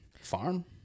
Farm